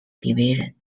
division